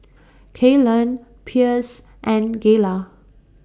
Kaylan Pierce and Gayla